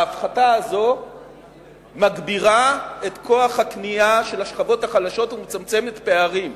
ההפחתה הזו מגבירה את כוח הקנייה של השכבות החלשות ומצמצמת פערים.